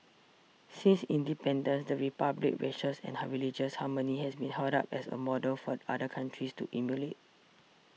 since independence the Republic's racials and religious harmony has been held up as a model for other countries to emulate